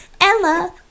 Ella